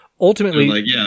ultimately